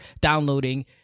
downloading